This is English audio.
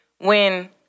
when-